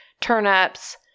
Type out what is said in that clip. turnips